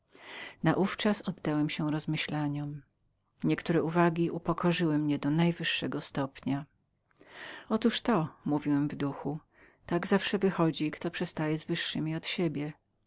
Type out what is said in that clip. okiennice naówczas oddałem się rozmyślaniom niektóre uwagi upokorzyły mnie do najwyższego stopnia otóż to mówiłem w duchu tak zawsze wychodzi kto przestaje z wyższymi od siebie